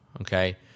okay